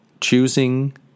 choosing